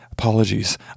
Apologies